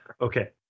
Okay